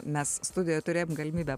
mes studijoj turėjom galimybę